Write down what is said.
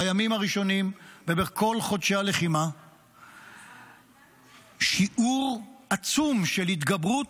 בימים הראשונים ובכל חודשי הלחימה שיעור עצום של התגברות,